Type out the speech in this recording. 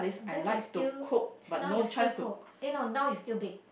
then you still now you still cook eh no now you still bake